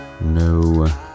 No